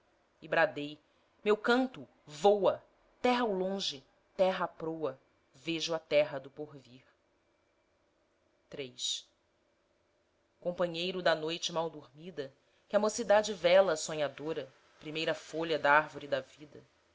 e bradei meu canto voa terra ao longe terra à proa vejo a terra do porvir companheiro da noite mal dormida que a mocidade vela sonhadora primeira folha d'árvore da vida